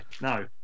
No